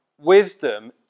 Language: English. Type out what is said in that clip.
wisdom